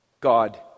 God